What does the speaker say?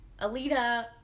Alita